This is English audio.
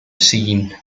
scene